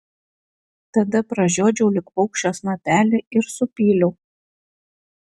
tada pražiodžiau lyg paukščio snapelį ir supyliau